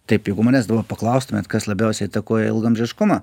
taip jeigu manęs dabar paklaustumėt kas labiausiai įtakoja ilgaamžiškumą